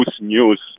news